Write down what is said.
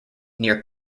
near